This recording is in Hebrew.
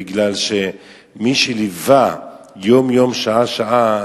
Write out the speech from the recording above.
בגלל שמי שליווה יום-יום ושעה-שעה